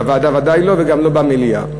בוועדה ודאי לא וגם לא במליאה.